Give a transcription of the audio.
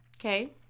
Okay